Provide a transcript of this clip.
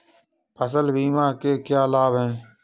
फसल बीमा के क्या लाभ हैं?